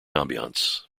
ambience